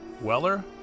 Weller